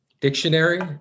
dictionary